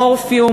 מורפיום,